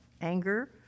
anger